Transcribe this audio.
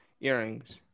earrings